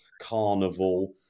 Carnival